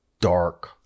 dark